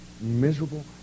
miserable